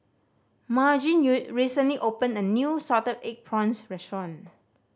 Margene recently opened a new salted egg prawns restaurant